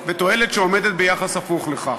ותועלת שעומדת ביחס הפוך לכך.